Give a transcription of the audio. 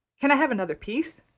can i have another piece?